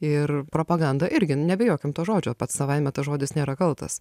ir propaganda irgi nu nebijokim to žodžio pats savaime tas žodis nėra kaltas